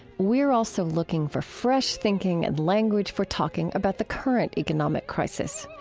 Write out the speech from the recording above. we're also looking for fresh thinking and language for talking about the current economic crisis.